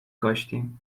کاشتیم